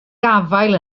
gafael